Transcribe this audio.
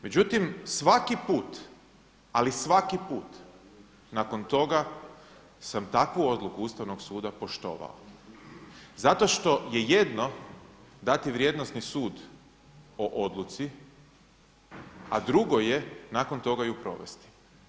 Međutim, svaki put, ali svaki put nakon toga sam takvu odluku Ustavnog suda poštovao zato što je jedno dati vrijednosni sud o odluci, a drugo je nakon toga ju provesti.